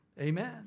Amen